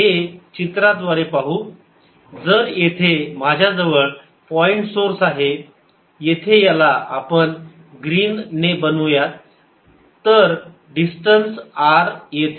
हे चित्राद्वारे पाहू जर येथे माझ्याजवळ पॉईंट सोर्स आहे येथे याला आपण ग्रीन ने बनवूया तर डिस्टेंस r येथे